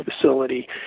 facility